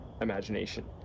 imagination